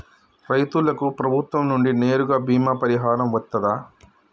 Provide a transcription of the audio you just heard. రైతులకు ప్రభుత్వం నుండి నేరుగా బీమా పరిహారం వత్తదా?